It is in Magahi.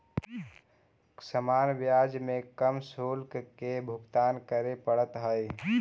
सामान्य ब्याज में कम शुल्क के भुगतान करे पड़ऽ हई